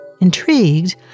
Intrigued